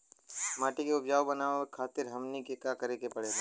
माटी के उपजाऊ बनावे खातिर हमनी के का करें के पढ़ेला?